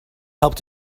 helped